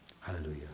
Hallelujah